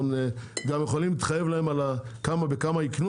אנחנו גם יכולים להתחייב בכמה יקנו